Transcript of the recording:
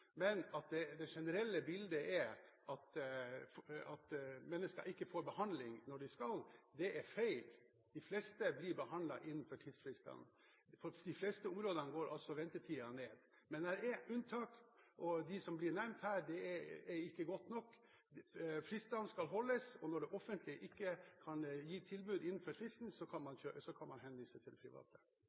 Men det er unntak, og det som blir nevnt her, er ikke godt nok. Fristene skal holdes, og når det offentlige ikke kan gi tilbud innenfor fristen, kan man henvise til det private.